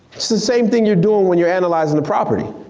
it's the same thing you're doin' when you're analyzing a property.